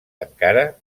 encara